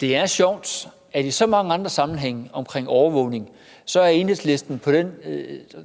Det er sjovt, at i så mange andre sammenhænge i forbindelse med overvågning er Enhedslisten på den